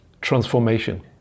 transformation